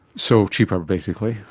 so, cheaper basically.